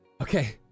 Okay